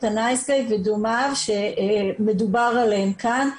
ה"נייס גאי" ודומיו שמדובר עליהם כאן,